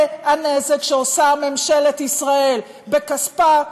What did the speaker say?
זה הנזק שעושה ממשלת ישראל בכספה,